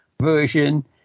version